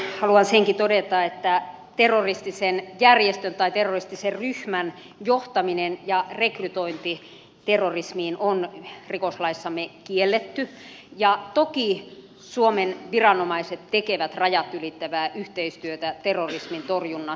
haluan senkin todeta että terroristisen järjestön tai terroristisen ryhmän johtaminen ja rekrytointi terrorismiin on rikoslaissamme kielletty ja toki suomen viranomaiset tekevät rajat ylittävää yhteistyötä terrorismin torjunnassa